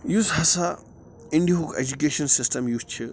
یُس ہسا اِنڈِہُک اٮ۪جُکیشَن سِسٹَم یُس چھِ